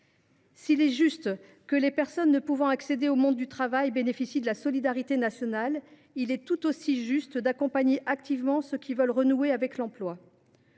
S’il est juste que les personnes ne pouvant accéder au monde du travail bénéficient de la solidarité nationale, il est tout aussi juste d’accompagner activement ceux qui veulent renouer avec l’emploi.